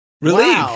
relief